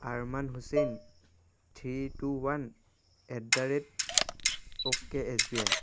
Arman Hussain three two one at the rate okay S B I